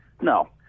No